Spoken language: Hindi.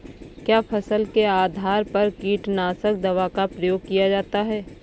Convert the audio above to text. क्या फसल के आधार पर कीटनाशक दवा का प्रयोग किया जाता है?